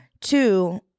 Two